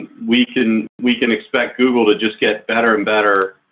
we can we can expect google to just get better and better.